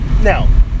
now